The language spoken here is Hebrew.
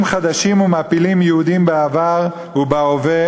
חדשים ומעפילים יהודים בעבר ובהווה,